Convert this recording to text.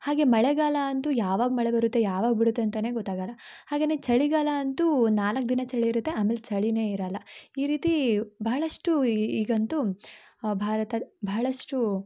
ಹಾಗೆ ಮಳೆಗಾಲ ಅಂತೂ ಯಾವಾಗ ಮಳೆ ಬರುತ್ತೆ ಯಾವಾಗ ಬಿಡುತ್ತೆ ಅಂತಲೇ ಗೊತ್ತಾಗೊಲ್ಲ ಹಾಗೆಯೇ ಚಳಿಗಾಲ ಅಂತು ನಾಲ್ಕು ದಿನ ಚಳಿ ಇರುತ್ತೆ ಆಮೇಲೆ ಚಳಿಯೇ ಇರೋಲ್ಲ ಈ ರೀತಿ ಭಾಳಷ್ಟು ಈಗಂತೂ ಭಾರತದ ಭಾಳಷ್ಟು